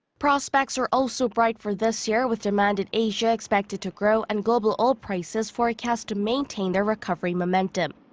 prospects are also bright for this year with demand in asia expected to grow. and global oil prices forecast to maintain their recovery momentum.